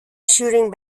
shooting